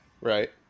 Right